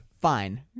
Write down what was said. Fine